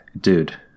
Dude